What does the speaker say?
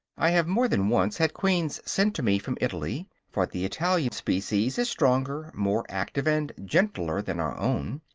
i have more than once had queens sent to me from italy, for the italian species is stronger, more active and gentler than our own.